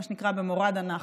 מה שנקרא במורד הנחל.